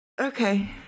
Okay